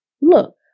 Look